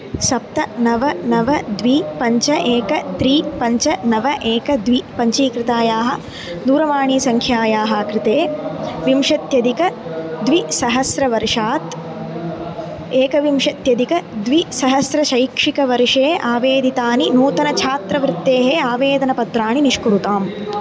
सप्त नव नव द्वे पञ्च एकं त्रीणि पञ्च नव एकं द्वे पञ्चीकृतायाः दूरवाणीसङ्ख्यायाः कृते विंशत्यधिकद्विसहस्रवर्षात् एकविंशत्यधिकद्विसहस्रशैक्षणिकवर्षे आवेदितानि नूतनछात्रवृत्तेः आवेदनपत्राणि निष्कुरुताम्